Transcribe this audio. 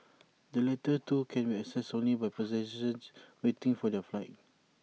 the latter two can be accessed only by waiting for their flights